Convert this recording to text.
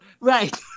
Right